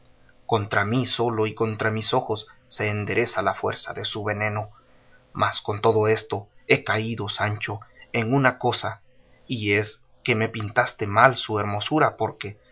contra mí solo y contra mis ojos se endereza la fuerza de su veneno mas con todo esto he caído sancho en una cosa y es que me pintaste mal su hermosura porque